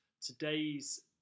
Today's